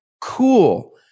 Cool